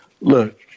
Look